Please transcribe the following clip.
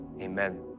Amen